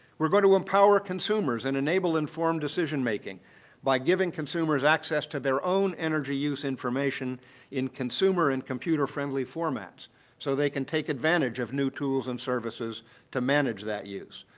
we're going to empower consumers and enable enable informed decision making by giving consumers access to their own energy use information in consumer and computer friendly formats so they can take advantage of new tools and services to manage that use.